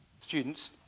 students